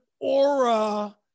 aura